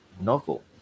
novel